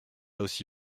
aussi